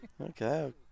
Okay